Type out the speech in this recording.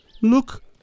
Look